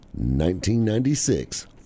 1996